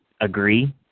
agree